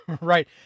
Right